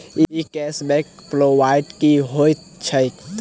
ई cash back point की होइत छैक?